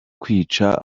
kwica